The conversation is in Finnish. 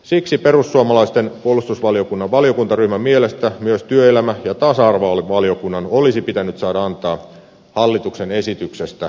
siksi perussuomalaisten puolustusvaliokunnan valiokuntaryhmän mielestä myös työelämä ja tasa arvovaliokunnan olisi pitänyt saada antaa hallituksen esityksestä lausunto